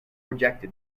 rejected